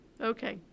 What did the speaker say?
Okay